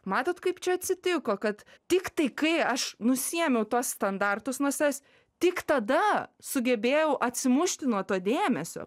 matot kaip čia atsitiko kad tiktai kai aš nusiėmiau tuos standartus nuo savęs tik tada sugebėjau atsimušti nuo to dėmesio